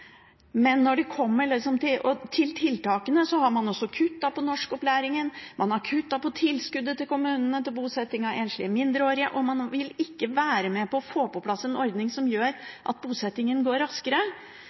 Men når det kommer til tiltakene, har man kuttet i norskopplæringen, man har kuttet i tilskuddet til kommunene til bosetting av enslige mindreårige, og man vil ikke være med på å få på plass en ordning som